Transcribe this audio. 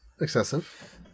excessive